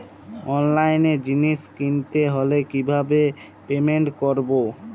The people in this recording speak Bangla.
অনলাইনে জিনিস কিনতে হলে কিভাবে পেমেন্ট করবো?